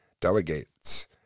delegates